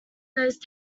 those